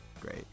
great